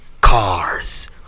Cars